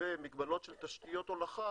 ומגבלות של תשתיות הולכה